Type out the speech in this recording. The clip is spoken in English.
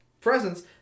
presents